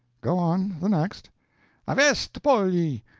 go on, the next avest polli,